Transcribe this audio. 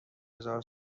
هزار